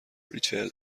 ریچل